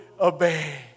obey